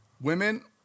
Women